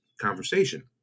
conversation